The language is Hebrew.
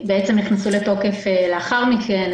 נכנסו לתוקף לאחר מכן,